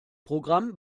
programm